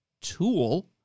tool